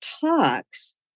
talks